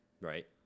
right